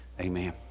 Amen